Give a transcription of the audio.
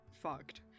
fucked